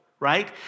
right